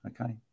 okay